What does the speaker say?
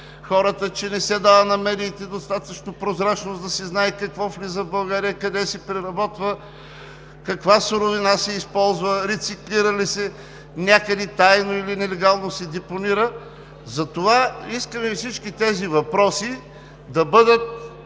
хората, че не се дава на медиите достатъчно прозрачност да се знае какво влиза в България, къде се преработва, каква суровина се използва, рециклира ли се, някъде тайно или нелегално се депонира, затова искаме всички тези въпроси да бъдат